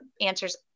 answers